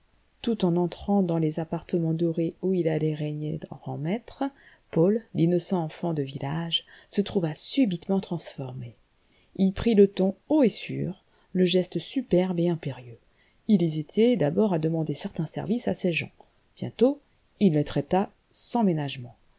tout en entrant dans les appartements dorés où il allait régner en maître paul l'innocent enfant de village se trouva subitement transformé il prit le ton haut et sûr le geste superbe et impérieux il hésitait d'abord à demander certains services à ses gens bientôt il les traita sans ménagement